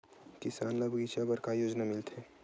किसान ल बगीचा बर का योजना मिलथे?